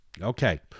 Okay